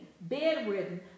bedridden